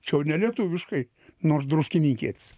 čia jau nelietuviškai nors druskininkietis